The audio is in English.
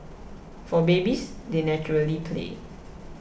for babies they naturally play